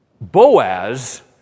Boaz